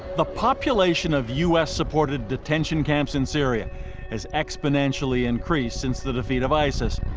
the population of us supported detention camps in syria has exponentially increased since the defeat of isis.